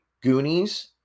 Goonies